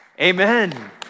amen